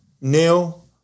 Neil